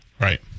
right